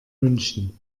münchen